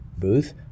booth